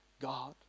God